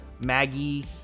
Maggie